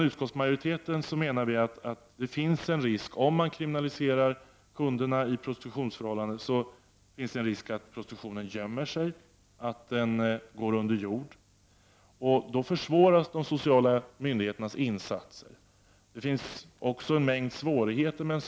Utskottsmajoriteten menar att det finns en risk, om kunderna till de prostituerade kriminaliseras, att prostitutionen gömmer sig, att den går under jorden. Då försvåras de sociala myndigheternas insatser. En sådan lag innebär också en mängd svårigheter.